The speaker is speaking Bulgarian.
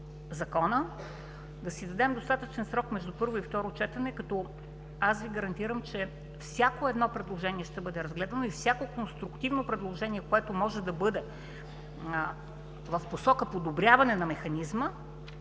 да си дадем достатъчен срок между първо и второ четене, като аз Ви гарантирам, че всяко предложение ще бъде разгледано. Всяко конструктивно предложение, което може да бъде в посока подобряване на механизма,